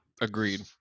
Agreed